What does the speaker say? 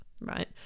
right